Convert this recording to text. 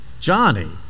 Johnny